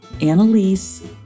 Annalise